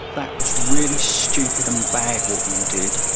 that was really stupid and bad what you did,